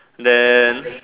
then